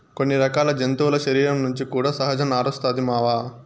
కొన్ని రకాల జంతువుల శరీరం నుంచి కూడా సహజ నారొస్తాది మామ